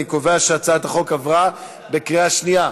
אני קובע שהצעת החוק התקבלה בקריאה שנייה.